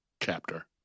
chapter